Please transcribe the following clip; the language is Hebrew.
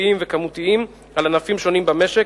כספיים וכמותיים על ענפים שונים במשק,